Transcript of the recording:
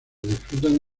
disfrutan